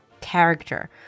character